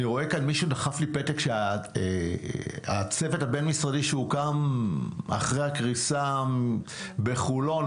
מישהו נתן לי פתק שאומר שהצוות הבין-משרדי שהוקם אחרי הקריסה בחולון,